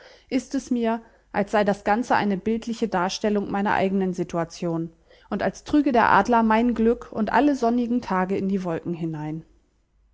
ist es mir als sei das ganze eine bildliche darstellung meiner eignen situation und als trüge der adler mein glück und alle sonnigen tage in die wolken hinein